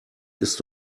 ist